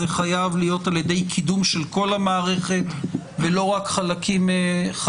זה חייב להיות על ידי קידום של כל המערכת ולא רק חלקים ממנה.